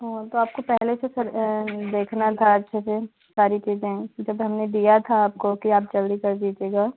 हाँ तो आपको पहले से सर देखना था अच्छे से सारी चीजें जब हमने दिया था आपको कि आप जल्दी कर दीजिएगा